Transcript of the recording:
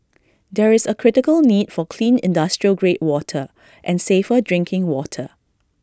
there is A critical need for clean industrial grade water and safer drinking water